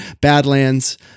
Badlands